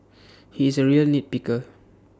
he is A real nitpicker